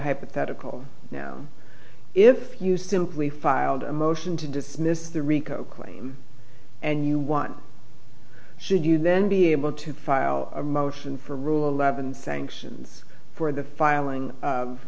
hypothetical now if you simply filed a motion to dismiss the rico claim and you want should you then be able to file a motion for rule eleven thanks for the filing